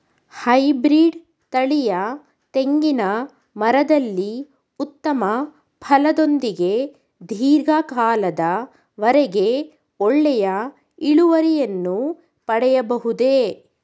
Hybrid ತಳಿಯ ತೆಂಗಿನ ಮರದಲ್ಲಿ ಉತ್ತಮ ಫಲದೊಂದಿಗೆ ಧೀರ್ಘ ಕಾಲದ ವರೆಗೆ ಒಳ್ಳೆಯ ಇಳುವರಿಯನ್ನು ಪಡೆಯಬಹುದೇ?